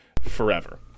forever